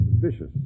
suspicious